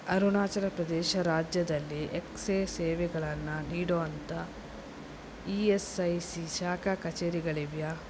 ಅರುಣಾಚಲ ಪ್ರದೇಶ ರಾಜ್ಯದಲ್ಲಿಎಕ್ಸ್ರೇ ಸೇವೆಗಳನ್ನು ನೀಡೋ ಅಂಥ ಇ ಎಸ್ ಐ ಸಿ ಶಾಖಾ ಕಚೇರಿಗಳಿವೆಯಾ